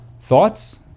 Thoughts